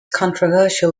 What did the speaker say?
controversial